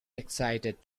excited